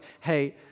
hey